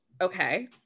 Okay